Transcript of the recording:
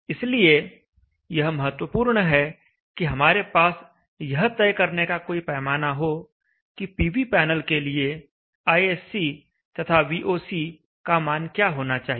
इसलिए यह महत्वपूर्ण है कि हमारे पास यह तय करने का कोई पैमाना हो कि पीवी पैनल के लिए ISC तथा VOC का मान क्या होना चाहिए